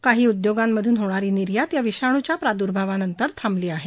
काही उदयोगांमधून होणारी निर्यात या विषाणूच्या प्रादर्भावानंतर थांबली आहे